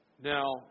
Now